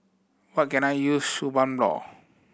what can I use Suu Balm